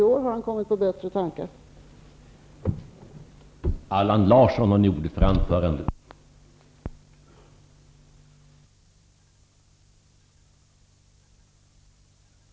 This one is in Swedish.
Kankse har han kommit på bättre tankar om 30 år.